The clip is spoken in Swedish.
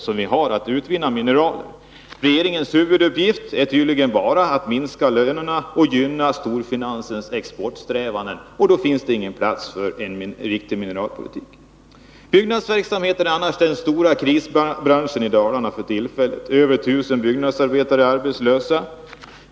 Huvuduppgiften för regeringen är tydligen att minska lönerna och gynna storfinansens exportsträvanden — och då finns det inte plats för en riktig mineralpolitik. Byggnadsverksamheten är för tillfället den stora krisbranschen i Dalarna. 1000 byggnadsarbetare är arbetslösa.